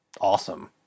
awesome